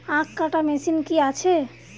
আখ কাটা মেশিন কি আছে?